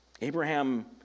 Abraham